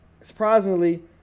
surprisingly